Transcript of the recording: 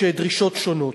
יש דרישות שונות,